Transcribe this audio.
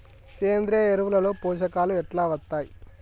సేంద్రీయ ఎరువుల లో పోషకాలు ఎట్లా వత్తయ్?